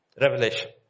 Revelation